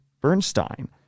Bernstein